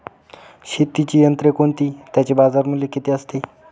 शेतीची यंत्रे कोणती? त्याचे बाजारमूल्य किती असते?